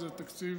זה בהחלט תקציב